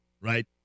right